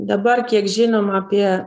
dabar kiek žinom apie